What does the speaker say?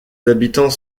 habitants